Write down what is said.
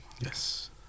Yes